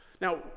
now